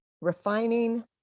refining